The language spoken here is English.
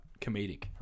comedic